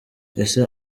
ese